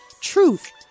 truth